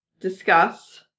discuss